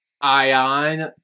Ion